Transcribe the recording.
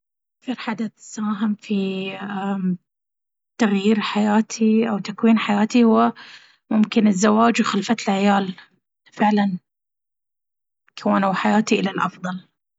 أكثر حدث ساهم في تغيير حياتي أو تكوين حياتي هو ممكن الزواج وخلفة العيال فعلا كونوا حياتي إلى الأفضل!